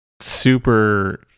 super